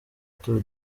tour